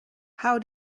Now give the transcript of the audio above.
how